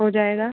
हो जाएगा